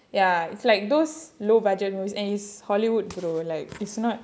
ya it's like those low budget movies and it's hollywood bro like it's not